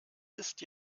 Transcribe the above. ist